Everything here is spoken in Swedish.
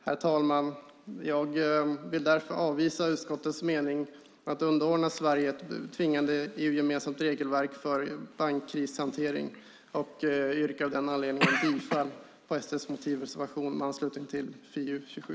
Herr talman! Jag vill därför avvisa utskottets mening att underordna Sverige ett tvingande EU-gemensamt regelverk för bankkrishantering. Jag yrkar av den anledningen bifall till SD:s motivreservation i FiU27.